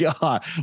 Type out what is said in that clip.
God